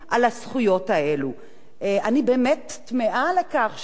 אני באמת תמהה על כך שההסתדרות שותקת בעניין הזה,